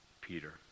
Peter